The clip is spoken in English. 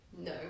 No